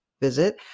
visit